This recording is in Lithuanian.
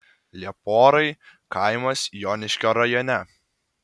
lieporai kaimas joniškio rajone